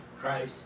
Christ